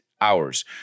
hours